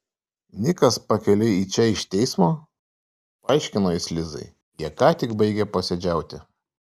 nikas pakeliui į čia iš teismo paaiškino jis lizai jie ką tik baigė posėdžiauti